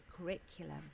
curriculum